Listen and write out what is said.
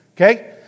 Okay